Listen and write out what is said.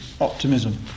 optimism